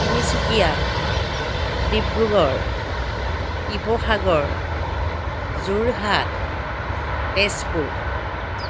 Tinsukia Dibrugarh Sivasagar Jorhat Tezpur